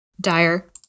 Dire